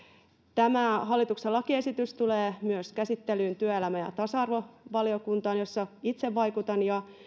tämä hallituksen lakiesitys tulee myös käsittelyyn työelämä ja tasa arvovaliokuntaan jossa itse vaikutan